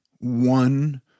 one